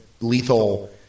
lethal